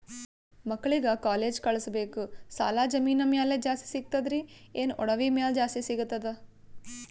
ಮಕ್ಕಳಿಗ ಕಾಲೇಜ್ ಕಳಸಬೇಕು, ಸಾಲ ಜಮೀನ ಮ್ಯಾಲ ಜಾಸ್ತಿ ಸಿಗ್ತದ್ರಿ, ಏನ ಒಡವಿ ಮ್ಯಾಲ ಜಾಸ್ತಿ ಸಿಗತದ?